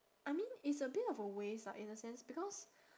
I mean it's a bit of a waste ah in a sense because